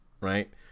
right